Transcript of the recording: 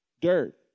dirt